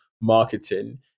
marketing